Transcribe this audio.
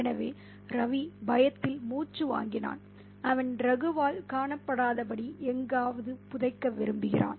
எனவே ரவி பயத்தில் மூச்சு வாங்கினான் அவன் ரகுவால் காணப்படாதபடி எங்காவது புதைக்க விரும்புகிறான்